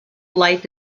life